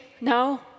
No